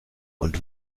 und